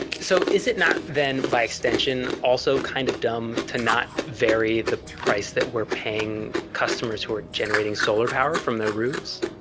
so is it not then by extension also kind of dumb to not vary the price that we're paying customers who are generating solar power from their roofs?